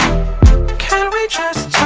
can we just